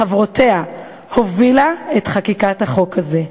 מחברותיה, הובילה את חקיקת החוק הזה,